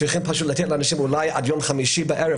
צריכים לתת לאנשים אולי עד יום חמישי בערב,